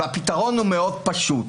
והפתרון הוא מאוד פשוט.